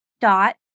dot